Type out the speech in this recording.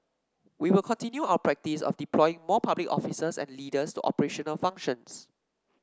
we will continue our practice of deploying more public officers and leaders to operational functions